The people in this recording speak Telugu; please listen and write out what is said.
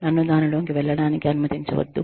నన్ను దానిలోకి వెళ్ళడానికి అనుమతించవద్దు